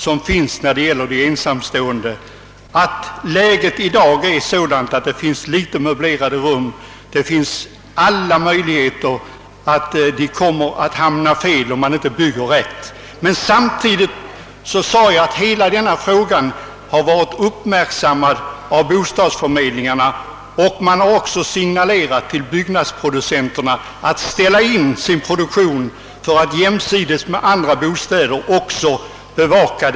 Det finns alla möjligheter att de, i dagens läge med så få möblerade rum att hyra, kommer att hamna fel, om man inte bygger på rätt sätt. Samtidigt sade jag att hela denna fråga har uppmärksammats av bostadsförmedlingarna, och därifrån har också givits signal till byggnadsproducenterna att inrikta sin produktion på att bevaka de ensamståendes intressen jämsides med att de bygger bostäder för andra kategorier.